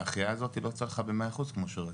וההחייאה הזאתי לא צלחה במאה אחוז כמו שרצינו.